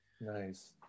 Nice